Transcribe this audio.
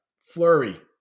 flurry